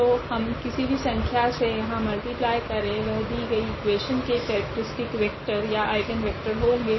तो हम किसी भी संख्या से यहाँ मल्टीप्लाय करे वह दी गई इक्वेशन के केरेक्ट्रीस्टिक वेक्टर या आइगनवेक्टर होगे